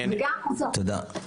תודה.